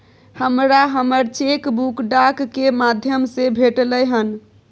हमरा हमर cheque book डाक के माध्यम से भेटलय हन